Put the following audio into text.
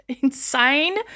insane